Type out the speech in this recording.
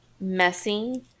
messy